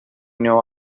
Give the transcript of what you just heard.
nueva